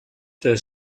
der